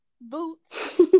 boots